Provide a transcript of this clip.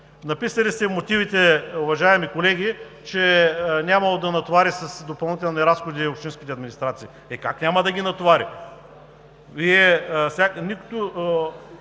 Написали сте в мотивите, уважаеми колеги, че нямало да натовари с допълнителни разходи общинските администрации. Е, как няма да ги натовари? Нито